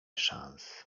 szans